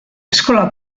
eskola